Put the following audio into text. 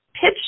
pitch